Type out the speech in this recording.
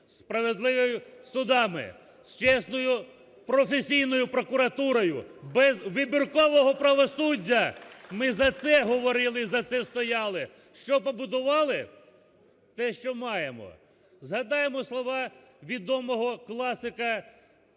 справедливими судами, з чесною, професійною прокуратурою, без вибіркового правосуддя. Ми за це говорили, за це стояли. Що побудували? Те, що маємо. Загадаємо слова відомого класика фільмів